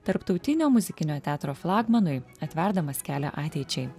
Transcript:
tarptautinio muzikinio teatro flagmanui atverdamas kelią ateičiai